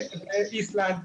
איסלנד,